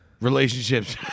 relationships